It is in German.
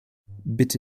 bitte